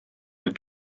der